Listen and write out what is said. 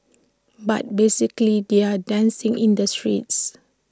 but basically they're dancing in the streets